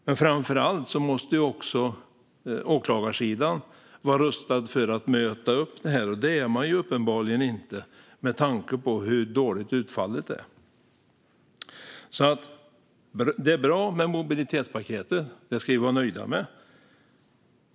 Men framför allt måste också åklagarsidan vara rustad för att möta upp detta, och det är den uppenbarligen inte med tanke på hur dåligt utfallet är. Mobilitetspaketet är alltså bra. Det ska vi vara nöjda med.